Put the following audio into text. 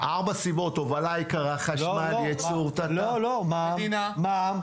הובלה יקרה, חשמל, יצור --- לא, מע"מ,